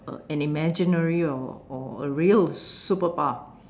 a an imaginary or or a real superpower